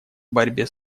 борьбе